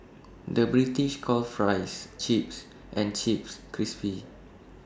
the British calls Fries Chips and Chips Crisps